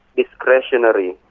discretionary.